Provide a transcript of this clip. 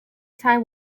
time